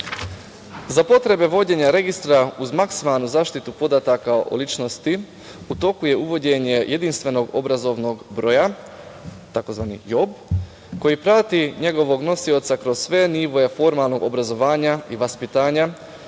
potrebe vođenja registra, uz maksimalnu zaštitu podataka o ličnosti, u toku je uvođenje jedinstvenog obrazovnog broja, tzv. JOB, koji prati njegovog nosioca kroz sve nivoe formalnog obrazovanja i vaspitanja